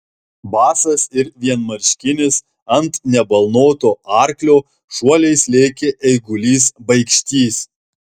basas ir vienmarškinis ant nebalnoto arklio šuoliais lėkė eigulys baikštys